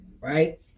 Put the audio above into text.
right